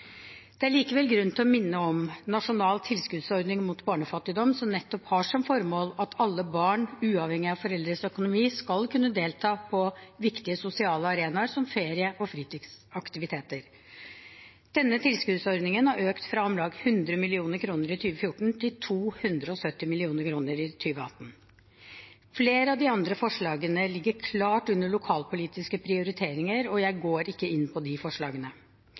Det er likevel grunn til å minne om Nasjonal tilskuddsordning mot barnefattigdom som nettopp har som formål at alle barn, uavhengig av foreldrenes økonomi, skal kunne delta på viktige sosiale arenaer som ferie- og fritidsaktiviteter. Denne tilskuddsordningen har økt fra om lag 100 mill. kr i 2014 til 270 mill. kr i 2018. Flere av de andre forslagene ligger klart under lokalpolitiske prioriteringer, og jeg går ikke inn på de forslagene.